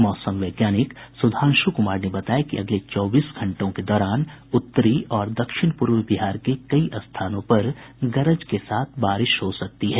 मौसम वैज्ञानिक सुधांशु कुमार ने बताया कि अगले चौबीस घंटों के दौरान उत्तरी और दक्षिण पूर्व बिहार में कई स्थानों पर गरज के साथ बारिश हो सकती है